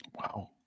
Wow